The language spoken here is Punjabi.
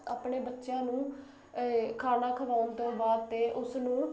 ਆਪਣੇ ਬੱਚਿਆਂ ਨੂੰ ਇਹ ਖਾਣਾ ਖਵਾਉਣ ਤੋਂ ਬਾਅਦ ਤੇ ਉਸਨੂੰ